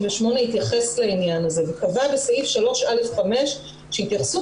1998 תייחס לעניין הזה וקבע בסעיף 3(א)(5) שהתייחסות